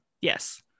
Yes